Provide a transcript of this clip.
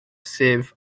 sef